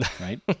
right